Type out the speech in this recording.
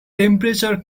temperature